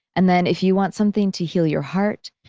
and then if you want something to heal your heart,